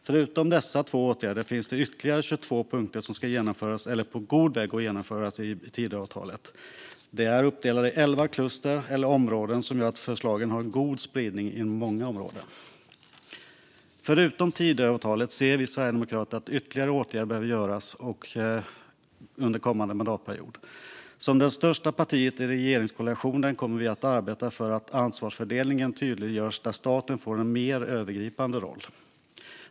Förutom dessa två åtgärder finns ytterligare 22 punkter i Tidöavtalet som ska genomföras eller som är på god väg att genomföras. De är uppdelade i elva kluster eller områden som gör att förslagen har en god spridning inom många områden. Förutom Tidöavtalet ser vi sverigedemokrater att ytterligare åtgärder behöver vidtas under kommande mandatperiod. Som det största partiet i regeringskoalitionen kommer vi att arbeta för att tydliggöra en ansvarsfördelning där staten får en mer övergripande roll.